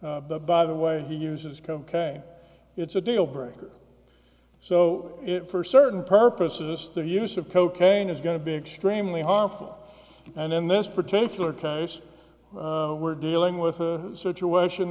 and by the way he uses cocaine it's a deal breaker so it for certain purposes the use of cocaine is going to be extremely harmful and in this particular case we're dealing with a situation